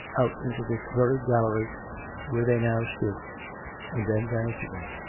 out into this very gallery where they now stood and then vanished again.